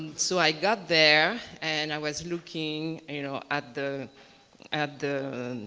so i got there and i was looking you know at the at the